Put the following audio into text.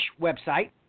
website